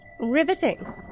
Riveting